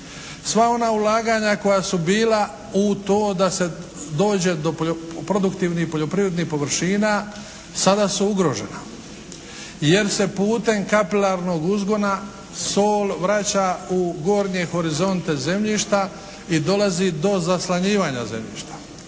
Sva ona ulaganja koja su bila u to da se dođe do produktivnih poljoprivrednih površina, sada su ugrožena jer se putem kapilarnog uzgona sol vraća u gornje horizonte zemljišta i dolazi do zaslanjivanja zemljišta.